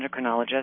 endocrinologist